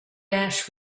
ash